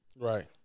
Right